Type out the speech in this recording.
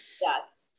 Yes